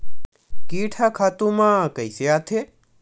कीट ह खातु म कइसे आथे?